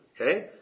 Okay